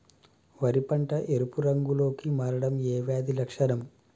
వరి పంట ఎరుపు రంగు లో కి మారడం ఏ వ్యాధి లక్షణం?